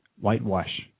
whitewash